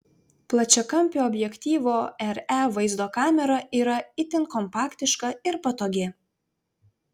plačiakampio objektyvo re vaizdo kamera yra itin kompaktiška ir patogi